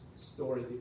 story